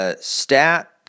stat